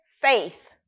Faith